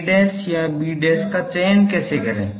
a या b का चयन कैसे करें